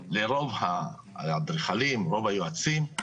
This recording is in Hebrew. לרוב האדריכלים, רוב היועצים,